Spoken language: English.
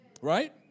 Right